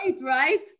right